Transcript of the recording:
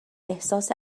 احساس